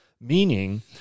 meaning